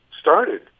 started